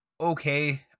okay